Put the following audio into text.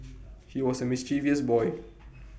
he was A mischievous boy